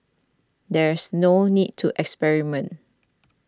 there's no need to experiment